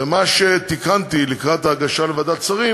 ומה שתיקנתי לקראת ההגשה לוועדת השרים